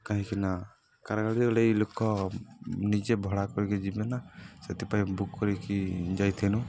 କାହିଁକି ନା କାର ଗାଡ଼ିରେ ଗଲେ ଏଇ ଲୋକ ନିଜେ ଭଡ଼ା କରିକି ଯିବେ ନା ସେଥିପାଇଁ ବୁକ୍ କରିକି ଯାଇଥିନୁ